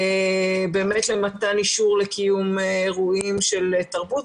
למתן אישור לקיום אירועים של תרבות,